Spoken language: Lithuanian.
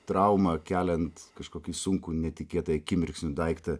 trauma keliant kažkokį sunkų netikėtai akimirksniu daiktą